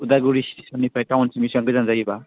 उदालगुरि स्टेसननिफ्राय टाउनसिम बिसिबां गोजान जायोबा